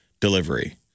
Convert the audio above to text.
delivery